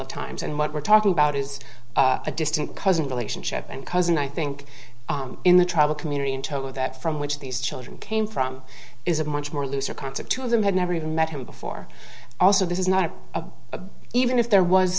of times and what we're talking about is a distant cousin relationship and cousin i think in the tribal community in toto that from which these children came from is a much more looser concept two of them had never even met him before also this is not a even there was